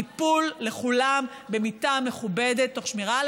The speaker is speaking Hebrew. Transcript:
טיפול לכולם במיטה מכובדת תוך שמירה על